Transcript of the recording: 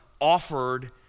offered